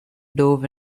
dove